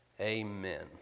amen